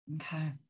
Okay